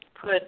put